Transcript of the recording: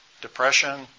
depression